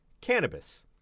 cannabis